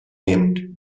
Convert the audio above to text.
named